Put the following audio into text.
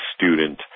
student